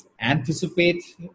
anticipate